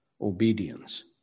obedience